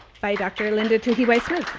by dr. linda tuhiwai smith.